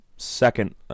Second